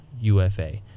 UFA